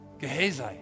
Gehazi